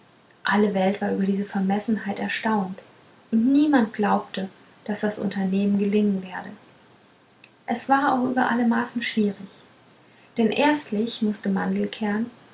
alle welt war über diese vermessenheit erstaunt und niemand glaubte daß das unternehmen gelingen werde es war auch über alle maßen schwierig denn erstlich mußte mandelkern